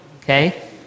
okay